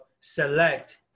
select